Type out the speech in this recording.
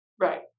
Right